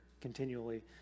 continually